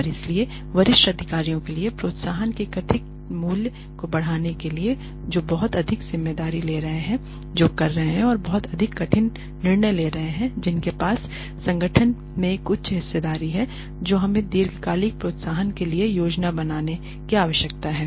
और इसलिए वरिष्ठ अधिकारियों के लिए प्रोत्साहन के कथित मूल्य को बढ़ाने के लिए जो बहुत अधिक जिम्मेदारी ले रहे हैं जो कर रहे हैं जो बहुत अधिक कठिन निर्णय ले रहे हैं जिनके पास संगठन में एक उच्च हिस्सेदारी है जो हमें दीर्घकालिक प्रोत्साहन के लिए योजना बनाने की आवश्यकता है